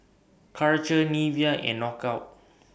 Karcher Nivea and Knockout